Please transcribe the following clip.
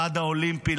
לוועד האולימפי,